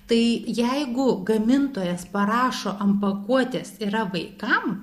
tai jeigu gamintojas parašo an pakuotės yra vaikam